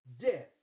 death